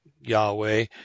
Yahweh